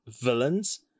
villains